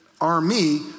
army